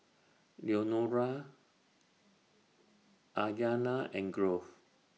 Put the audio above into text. Leonora Aiyana and Grove